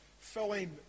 filling